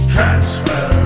Transfer